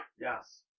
Yes